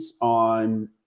on